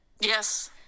Yes